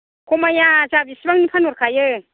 खमाया जोंहा बेसेबांनिनो फानहरखायो